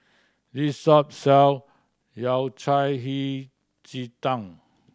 this shop sell Yao Cai Hei Ji Tang